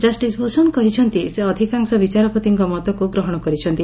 justice Bhushan କହିଛନ୍ତି ସେ ଅଧିକାଂଶ ବିଚାରପତିଙ୍କ ମତକ୍ତ ଗ୍ରହଣ କରିଛନ୍ତି